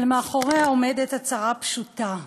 אבל מאחוריה עומדת הצהרה פשוטה,